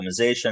optimization